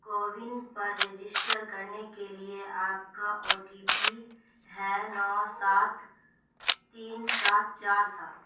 CoWIN پر register کرنے کے لیے آپ کا او ٹی پی ہے نو سات تین سات چار سات